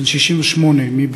אב לשלושה פעוטות,